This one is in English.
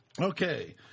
Okay